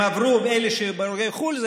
בוגרי חו"ל,